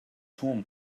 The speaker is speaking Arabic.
توم